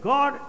God